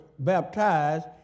baptized